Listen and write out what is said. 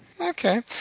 Okay